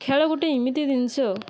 ଖେଳ ଗୋଟେ ଏମିତି ଜିନିଷ